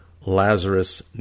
Lazarus